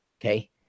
okay